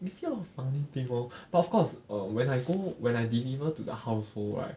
每次有 funny thing lor of course when I go when I deliver to the household right